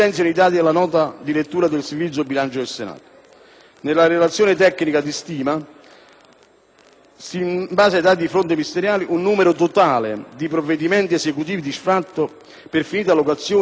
in base a dati di fonte ministeriale, un numero totale di provvedimenti esecutivi di sfratto per finita locazione emessi annualmente pari a 9.838, mentre gli sfratti bloccati risulterebbero pari a 2.889.